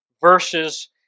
verses